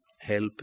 help